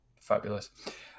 Fabulous